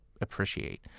appreciate